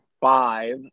five